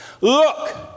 Look